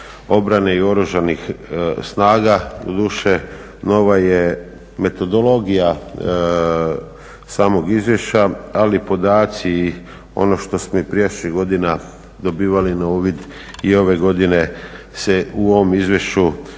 obrane i Oružanih snaga, doduše nova je metodologija samog izvješća, ali i podaci i ono što smo i prijašnjih godina dobivali na uvid i ove godine se u ovom izvješću